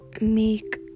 make